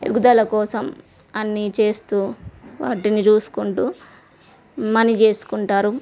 ఎదుగుదల కోసం అన్ని చేస్తూ వాటిని చూసుకుంటూ మనీ చేసుకుంటారు